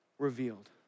revealed